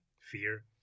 fear